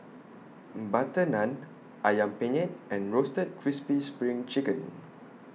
Butter Naan Ayam Penyet and Roasted Crispy SPRING Chicken